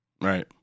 Right